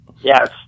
Yes